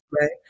right